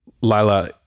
Lila